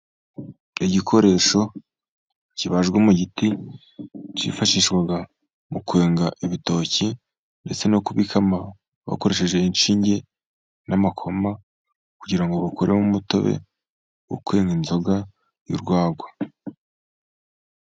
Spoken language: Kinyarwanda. Igikoresho kibajwe mu giti. Cyifashishwaga mu kwenga ibitoki ndetse no kubikama bakoresheje ishinge n'amakoma kugira ngo umutobe ukwenga inzoga y'urwagwa.